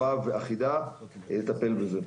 ואחידה לטפל בזה.